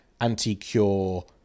anti-cure